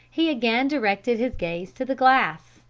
he again directed his gaze to the glass,